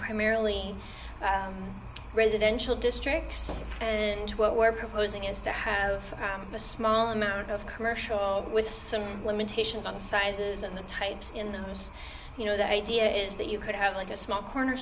primarily residential districts and what we're proposing is to have a small amount of commercial with some limitations on sizes and the types in those you know the idea is that you could have like a small corner